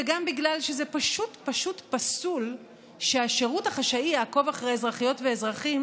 וגם בגלל שזה פשוט פסול שהשירות החשאי יעקוב אחרי אזרחיות ואזרחים,